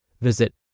Visit